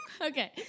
Okay